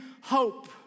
hope